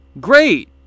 Great